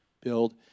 build